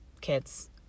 kids